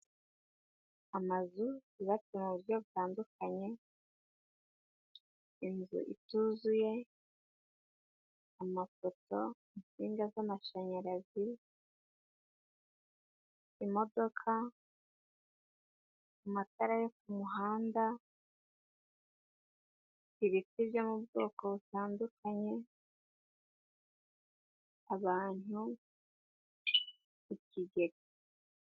Amazu yubatse mu bitandukanye. Inzu ituzuye, amapoto, insinga z'amashanyarazi, imodoka, amatara yo ku muhanda, ibiti byo mu bwoko butandukanye, abantu ku kigega.